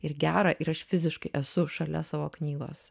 ir gera ir aš fiziškai esu šalia savo knygos